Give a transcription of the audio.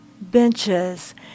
benches